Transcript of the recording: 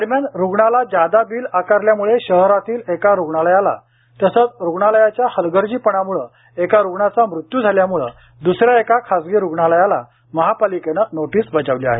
दरम्यान रुग्णाला जादा बील आकारल्यामुळे शहरातील एका रुग्णालयाला तसंच रुग्णालयाच्या हलगर्जीपणामुळे एका रुग्णाचा मृत्यू झाल्यामुळे दुसऱ्या एका खासगी रुग्णालयाला महापालिकेनं नोटीस बजावली आहे